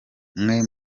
mwe